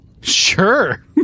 Sure